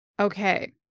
Okay